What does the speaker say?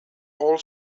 all